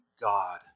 God